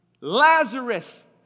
Lazarus